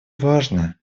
важно